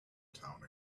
town